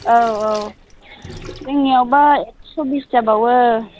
औ औ जोंनिआवबो एकस' बिस जाबावो